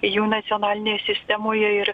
jų nacionalinėje sistemoje ir